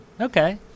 Okay